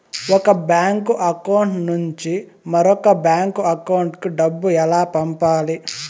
ఒక bank account నుంచి మరొక బ్యాంకు అకౌంట్ కు డబ్బు ఎలా పంపాలి